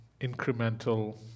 incremental